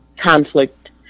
Conflict